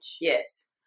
Yes